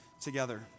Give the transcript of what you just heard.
together